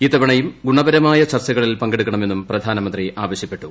ഇത്തവജ്യിൽ ് ഗുണപരമായ ചർച്ചകളിൽ പങ്കെടുക്കണമെന്നും പ്രധാന്മിന്തി ്ആവശ്യപ്പെട്ടു